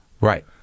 Right